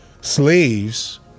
Slaves